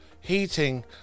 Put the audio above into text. heating